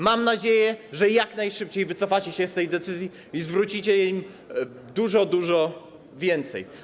Mam nadzieję, że jak najszybciej wycofacie się z tej decyzji i zwrócicie im dużo, dużo więcej.